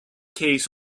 case